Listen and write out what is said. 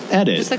edit